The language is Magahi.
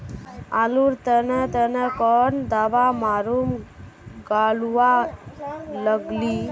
आलूर तने तने कौन दावा मारूम गालुवा लगली?